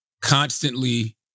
constantly